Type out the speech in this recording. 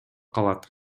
калат